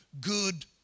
good